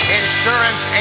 insurance